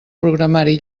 programari